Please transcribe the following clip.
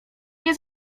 nie